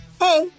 Hey